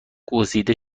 گزیده